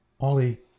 Ollie